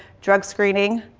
drug screening,